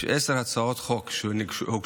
יש עשר הצעות חוק שהוגשו,